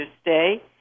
stay